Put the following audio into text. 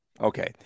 Okay